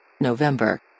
November